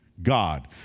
God